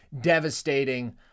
devastating